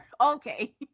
Okay